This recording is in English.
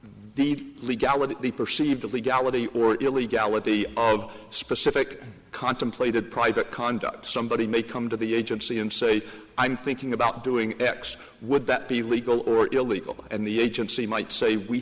the legality the perceived legality or illegality of specific contemplated private conduct somebody may come to the agency and say i'm thinking about doing x would that be legal or illegal and the agency might say we